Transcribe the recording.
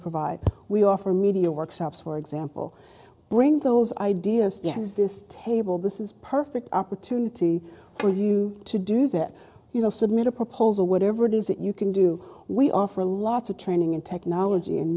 provide we offer media workshops for example bring those ideas as this table this is perfect opportunity for you to do that you know submit a proposal whatever it is that you can do we offer a lot of training in technology and